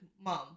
mom